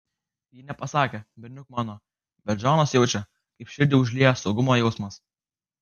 ji nepasakė berniuk mano bet džonas jaučia kaip širdį užlieja saugumo jausmas